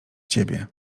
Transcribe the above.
ciebie